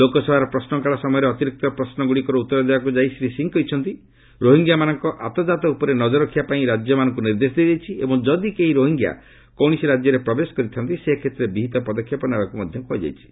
ଲୋକସଭାରେ ପ୍ରଶ୍ନକାଳ ସମୟରେ ଅତିରିକ୍ତ ପ୍ରଶ୍ନଗୁଡ଼ିକର ଉତ୍ତର ଦେବାକୁ ଯାଇ ଶ୍ରୀ ସିଂହ କହିଛନ୍ତି ରୋହିଙ୍ଗ୍ୟାମାନଙ୍କ ଆତଜାତ ଉପରେ ନଜର ରଖିବା ପାଇଁ ରାଜ୍ୟମାନଙ୍କୁ ନିର୍ଦ୍ଦେଶ ଦିଆଯାଇଛି ଏବଂ ଯଦି କେହି ରୋହିଙ୍ଗ୍ୟା କୌଣସି ରାଜ୍ୟରେ ପ୍ରବେଶ କରିଥାନ୍ତି ସେ କ୍ଷେତ୍ରରେ ବିହିତ ପଦକ୍ଷେପ ନେବାକୁ ମଧ୍ୟ କୁହାଯାଇଛି